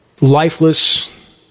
lifeless